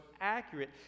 accurate